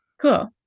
Cool